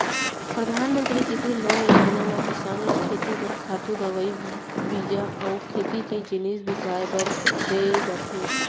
परधानमंतरी कृषि लोन योजना म किसान ल खेती बर खातू, दवई, बीजा अउ खेती के जिनिस बिसाए बर दे जाथे